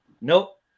nope